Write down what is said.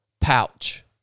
pouch